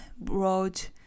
brought